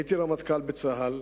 הייתי רמטכ"ל בצה"ל,